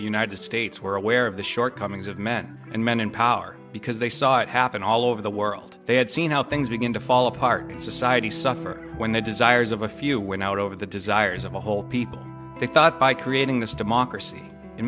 the united states were aware of the shortcomings of men and men in power because they saw it happen all over the world they had seen how things begin to fall apart and society suffers when the desires of a few win out over the desires of a whole people they thought by creating this democracy it